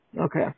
Okay